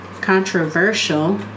controversial